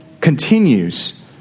continues